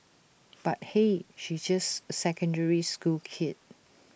but hey she's just A secondary school kid